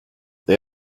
they